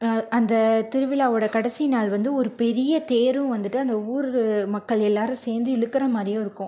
அந்த திருவிழாவோடய கடைசி நாள் வந்து ஒரு பெரிய தேரும் வந்துட்டு அந்த ஊர் மக்கள் எல்லாரும் சேர்ந்து இழுக்கிற மாதிரியும் இருக்கும்